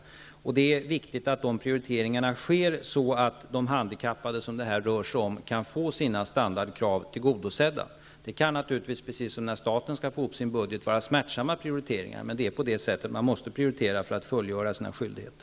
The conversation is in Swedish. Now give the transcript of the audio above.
Det är viktigt att de prioriteringarna sker så, att de handikappade som det här rör sig om kan få sina standardkrav tillgodosedda. Det kan naturligtvis, precis som när staten skall göra sina besparingar, vara smärtsamma prioriteringar, men man måste prioritera för att kunna fullgöra sina skyldigheter.